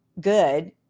good